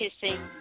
Kissing